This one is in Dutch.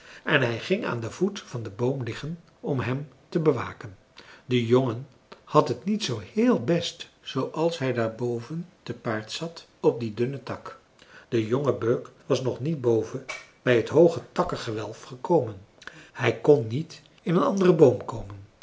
en hij ging aan den voet van den boom liggen om hem te bewaken de jongen had het niet zoo heel best zooals hij daar boven te paard zat op dien dunnen tak de jonge beuk was nog niet boven bij het hooge takkengewelf gekomen hij kon niet in een anderen boom komen